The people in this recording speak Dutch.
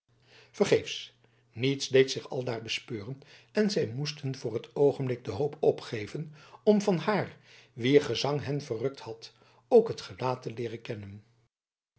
vergeefs niets deed zich aldaar bespeuren en zij moesten voor het oogenblik de hoop opgeven om van haar wier gezang hen verrukt had ook het gelaat te leeren kennen